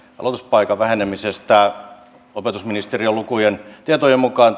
aloituspaikan vähenemisestä opetusministeriön tietojen mukaan